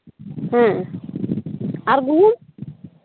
ᱦᱮᱸ ᱟᱨ ᱜᱩᱦᱩᱢ